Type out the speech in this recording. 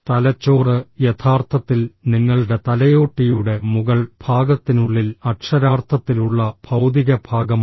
തലച്ചോറ് യഥാർത്ഥത്തിൽ നിങ്ങളുടെ തലയോട്ടിയുടെ മുകൾ ഭാഗത്തിനുള്ളിൽ അക്ഷരാർത്ഥത്തിൽ ഉള്ള ഭൌതിക ഭാഗമാണ്